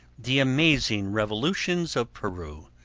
the amazing revolutions of peru,